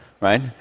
right